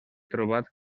trobat